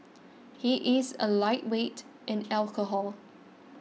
he is a lightweight in alcohol